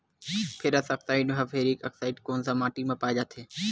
Ferrous oxide व ferric oxide कोन सा माटी म पाय जाथे?